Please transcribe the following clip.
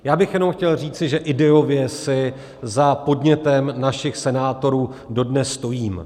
Já bych jenom chtěl říci, že ideově si za podnětem našich senátorů dodnes stojím.